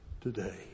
today